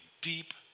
deep